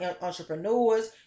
entrepreneurs